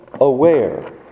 aware